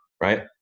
right